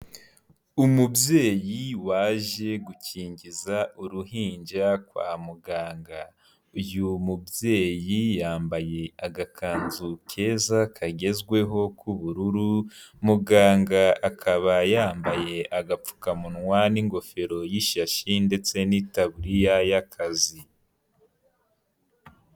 Umubyeyi waje gukingiza uruhinja kwa muganga. Uyu mubyeyi yambaye agakanzu keza kagezweho k'ubururu, muganga akaba yambaye agapfukamunwa n'ingofero y'ishyashi ndetse n'itaburiya y'akazi.